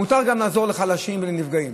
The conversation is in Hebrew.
מותר גם לעזור לחלשים ונפגעים.